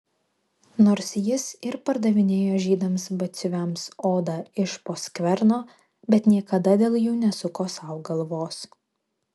nors jis ir pardavinėjo žydams batsiuviams odą iš po skverno bet niekada dėl jų nesuko sau galvos